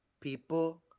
people